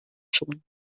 schon